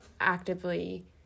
actively